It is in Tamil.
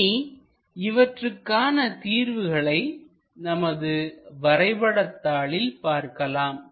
இனி இவற்றுக்கான தீர்வுகளை நமது வரைபட தாளில் பார்க்கலாம்